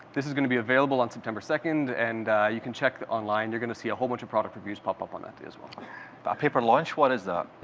this is going to be available on september second, and you can check online, you're going to see a whole bunch of product reviews pop up on that day as well. a but paper launch? what is that?